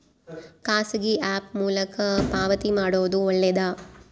ಖಾಸಗಿ ಆ್ಯಪ್ ಮೂಲಕ ಪಾವತಿ ಮಾಡೋದು ಒಳ್ಳೆದಾ?